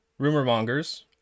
Rumormongers